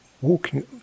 walking